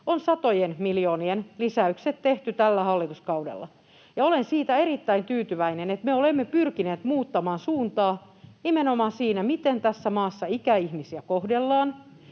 on satojen miljoonien lisäykset tehty tällä hallituskaudella, ja olen siitä erittäin tyytyväinen, että me olemme pyrkineet muuttamaan suuntaa nimenomaan siinä, miten tässä maassa ikäihmisiä kohdellaan